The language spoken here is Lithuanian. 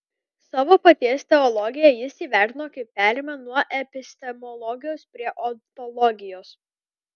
savo paties teologiją jis įvertino kaip perėjimą nuo epistemologijos prie ontologijos